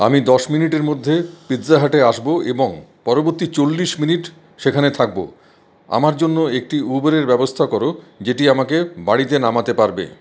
আমি দশ মিনিটের মধ্যে পিৎজা হাটে আসবো এবং পরবর্তী চল্লিশ মিনিট সেখানে থাকব আমার জন্য একটি উবেরের ব্যবস্থা করো যেটি আমাকে বাড়িতে নামাতে পারবে